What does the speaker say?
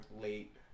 late